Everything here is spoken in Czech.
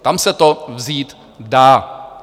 Tam se to vzít dá.